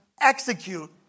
execute